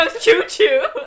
choo-choo